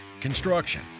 construction